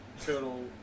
total